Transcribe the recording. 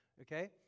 Okay